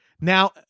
now